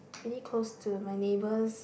pretty close to my neighbours